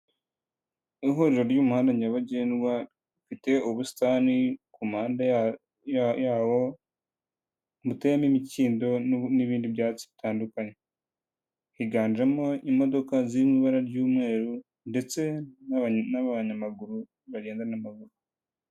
Ihuriro ry'umuhanda nyabagendwa rifite ubusitani ku mpande yawo. Buteyemo imikindo n'ibindi byatsi bitandukanye. Higanjemo imodoka zirimo ibara ry'umweru ndetse n'abanyamaguru bagenda n'amaguru.